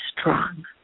strong